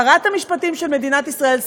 שרת המשפטים של מדינת ישראל,